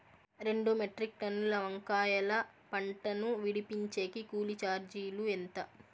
రెండు మెట్రిక్ టన్నుల వంకాయల పంట ను విడిపించేకి కూలీ చార్జీలు ఎంత?